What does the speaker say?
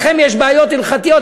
לכם יש בעיות הלכתיות,